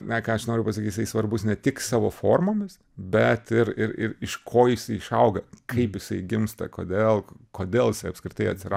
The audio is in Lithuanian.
na ką aš noriu pasaky jisai svarbus ne tik savo formomis bet ir ir ir iš ko jisai išauga kaip jisai gimsta kodėl kodėl jis apskritai atsira